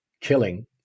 killing